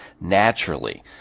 naturally